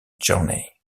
journey